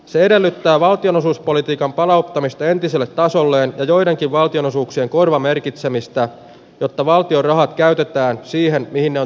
se edellyttää valtionosuuspolitiikan palauttamista entiselle tasolleen ja joidenkin valtionosuuksien korvamerkitsemistä jotta valtion raha käytetään siihen mihin en